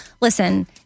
Listen